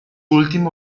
último